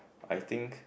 I think